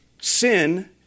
Sin